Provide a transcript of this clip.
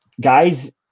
Guys